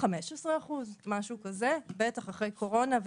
15 אחוז, משהו כזה, בטח אחרי הקורונה.